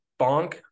bonk